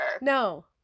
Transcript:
no